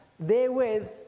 Therewith